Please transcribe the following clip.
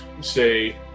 say